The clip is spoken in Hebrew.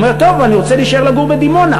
הוא אומר: טוב, אני רוצה להישאר לגור בדימונה,